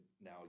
now